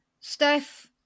Steph